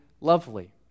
lovely